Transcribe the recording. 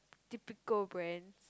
typical brands